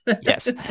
Yes